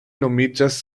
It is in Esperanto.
nomiĝas